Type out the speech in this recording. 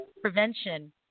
prevention